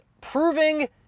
proving